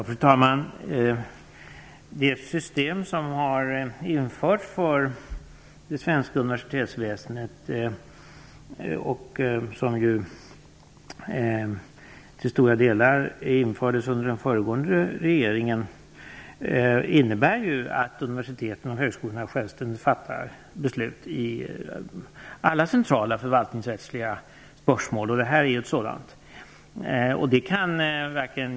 Fru talman! Det system som har införts för det svenska universitetsväsendet och som till stora delar kom till under den föregående regeringen innebär ju att universiteten och högskolorna självständigt fattar beslut i alla centrala förvaltningsrättsliga spörsmål, och detta är ett sådant.